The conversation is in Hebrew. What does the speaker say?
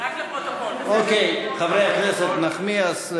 חברי הכנסת נחמיאס,